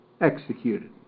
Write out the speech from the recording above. executed